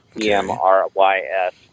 E-M-R-Y-S